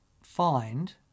find